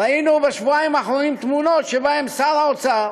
ראינו בשבועיים האחרונים תמונות שבהן שר האוצר